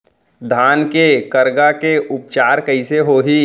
धान के करगा के उपचार कइसे होही?